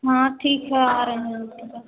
हाँ ठीक है आ रहें आपके पास